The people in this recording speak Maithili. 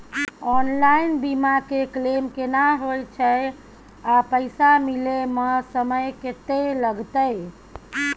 ऑनलाइन बीमा के क्लेम केना होय छै आ पैसा मिले म समय केत्ते लगतै?